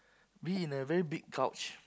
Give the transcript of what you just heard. be in a very big couch